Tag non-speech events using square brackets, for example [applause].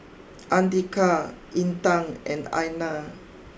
[noise] Andika Intan and Aina